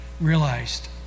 realized